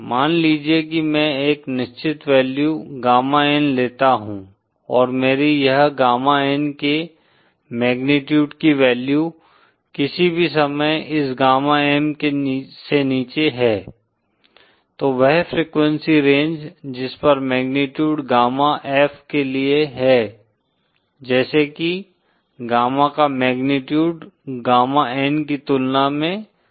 मान लीजिए कि मैं एक निश्चित वैल्यू गामा N लेता हूं और मेरी यह गामा N के मैग्नीट्यूड की वैल्यू किसी भी समय इस गामा M से नीचे है तो वह फ्रीक्वेंसी रेंज जिस पर मैग्नीट्यूड गामा F के लिए है जैसे कि गामा का मैग्नीट्यूड गामा N की तुलना में कम है